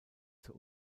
zur